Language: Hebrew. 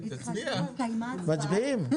מצביעים.